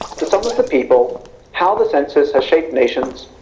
the sum of the people how the census has shaped nations,